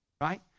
right